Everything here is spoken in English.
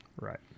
Right